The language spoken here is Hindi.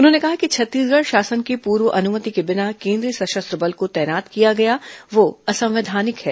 उन्होंने कहा कि छत्तीसगढ शासन की पूर्व अनुमति के बिना केंद्रीय सशस्त्र बल को तैनात किया गया वह असंवैधानिक है